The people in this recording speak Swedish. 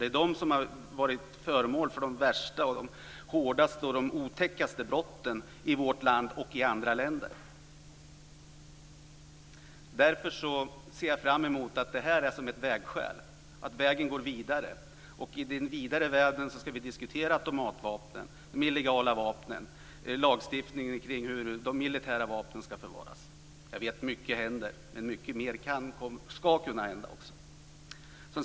Det är de som har varit med vid de värsta, hårdaste och otäckaste brotten i vårt land och i andra länder. Därför tycker jag att detta är som ett vägskäl, och jag ser fram emot att vägen går vidare. I den vidare världen ska vi diskutera automatvapnen, de illegala vapnen och lagstiftningen kring hur de militära vapnen ska förvaras. Jag vet att mycket händer, men mycket mer ska kunna hända.